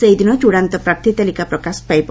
ସେହିଦିନ ଚୂଡାନ୍ତ ପ୍ରାର୍ଥୀତାଲିକା ପ୍ରକାଶ ପାଇବ